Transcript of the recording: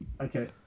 okay